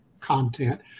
content